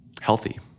healthy